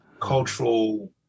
cultural